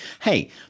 hey